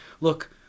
Look